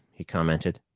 he commented.